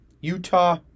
Utah